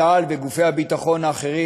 צה"ל וגופי הביטחון האחרים,